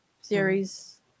series